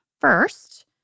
first